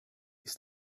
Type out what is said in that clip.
ist